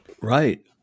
Right